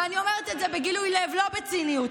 אני אומרת את זה בגילוי לב, לא בציניות.